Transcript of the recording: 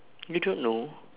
you don't know